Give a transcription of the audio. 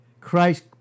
Christ